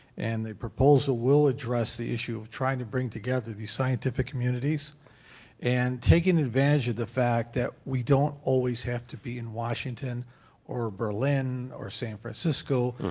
and the proposal will address the issue of trying to bring together the scientific communities and taking advantage of the fact that we don't always have to be in washington or berlin or san francisco,